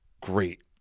great